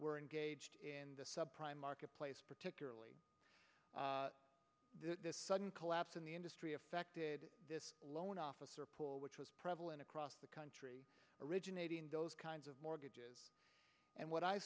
were engaged in the subprime marketplace particularly the sudden collapse in the industry affected this loan officer pool which was prevalent across the country originating those kinds of mortgages and what i